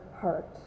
heart